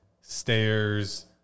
stairs